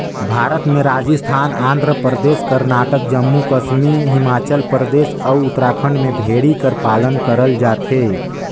भारत में राजिस्थान, आंध्र परदेस, करनाटक, जम्मू कस्मी हिमाचल परदेस, अउ उत्तराखंड में भेड़ी कर पालन करल जाथे